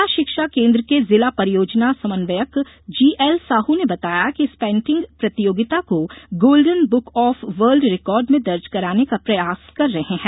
जिला शिक्षा केन्द्र के जिला परियोजना समन्वयक जीएलसाहू ने बताया कि इस पेंटिंग प्रतियोगिता को golden book of world record में दर्ज कराने का प्रयास कर रहे है